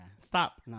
Stop